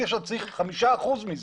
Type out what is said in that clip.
אני עכשיו צריך 5% מזה,